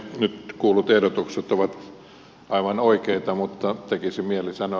nyt kuullut ehdotukset ovat aivan oikeita mutta tekisi mieli sanoa